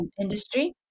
industry